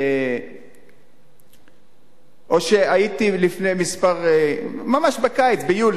הייתי ממש בקיץ, ביולי,